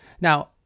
Now